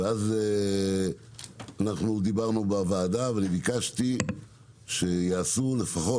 ואז אנחנו דיברנו בוועדה ואני ביקשתי שיעשו לפחות,